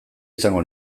izango